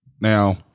Now